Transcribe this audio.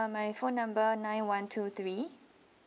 ah my phone number nine one two three